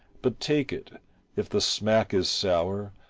but take it if the smack is sour,